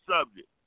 subject